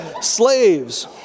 Slaves